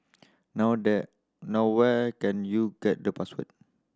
now there now where can you get the password